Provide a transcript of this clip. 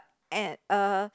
at uh